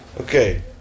okay